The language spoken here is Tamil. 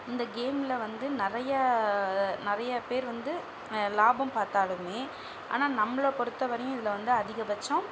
இந்த கேம்ல வந்து நிறையா நிறையா பேர் வந்து லாபம் பார்த்தாலுமே ஆனால் நம்மள பொறுத்தவரையும் இதில் வந்து அதிகபட்சம்